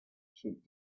should